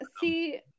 See